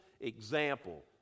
example